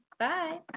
Bye